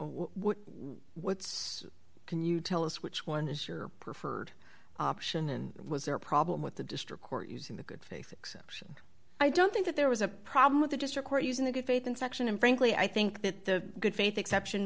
exception what's can you tell us which one is your preferred option and was there a problem with the district court using the good faith exception i don't think that there was a problem with the district court using the good faith in section and frankly i think that the good faith exception